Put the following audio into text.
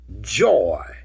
joy